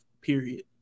period